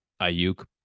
Ayuk